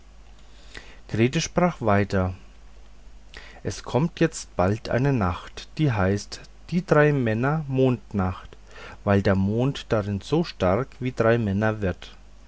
grete sprach weiter es kommt jetzt bald eine nacht die heißt die drei männer mondnacht weil der mond darin so stark wie drei männer wird